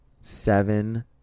seven